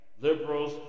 liberals